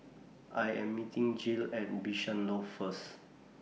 I Am meeting Jill At Bishan Loft First